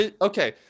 okay